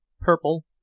purple